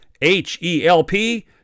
H-E-L-P